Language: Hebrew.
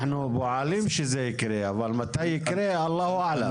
אנחנו פועלים שזה יקרה אבל מתי יקרה, אללה ואללה.